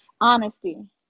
Honesty